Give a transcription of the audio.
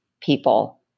people